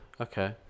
Okay